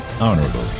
honorably